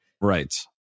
Right